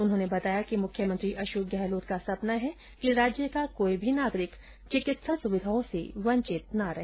उन्होंने बताया कि मुख्यमंत्री अशोक गहलोत का सपना है कि राज्य का कोई भी नागरिक चिकित्सा सुविधाओं से वंचित न रहे